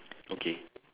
okay